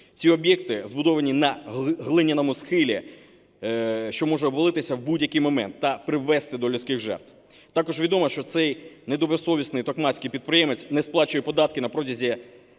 Ці об'єкти збудовані на глиняному схилі, що може обвалитися в будь-який момент та привести до людських жертв. Також відомо, що цей недобросовісний токмацький підприємець не сплачує податки на протязі